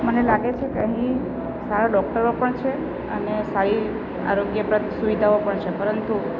મને લાગે છે કે અહીં સારા ડૉક્ટરો પણ છે અને સારી આરોગ્યપ્રદ સુવિધાઓ પણ છે પરંતુ